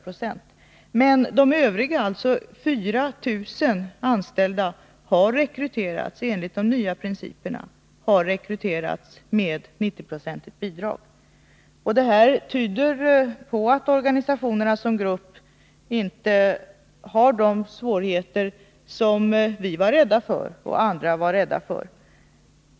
Men Om arbetsmarknade övriga, alltså 4 000 anställda, har rekryterats enligt de nya principerna, den i Västerbotten dvs. med 90-procentigt bidrag. Det tyder på att organisationerna som grupp för handikappade inte har de svårigheter som vi och andra var rädda för.